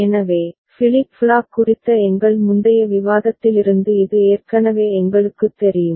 எனவே flip flop குறித்த எங்கள் முந்தைய விவாதத்திலிருந்து இது ஏற்கனவே எங்களுக்குத் தெரியும்